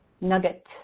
nugget